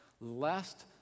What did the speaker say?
lest